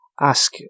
ask